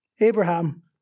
Abraham